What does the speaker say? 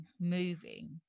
moving